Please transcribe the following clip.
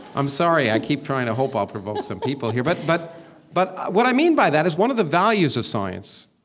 i'm sorry. i keep trying to hope i'll provoke some people here. but but but what i mean by that is one of the values of science